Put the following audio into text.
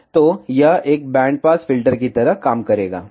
तो यह एक बैंड पास फिल्टर की तरह काम करेगा